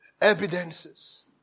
evidences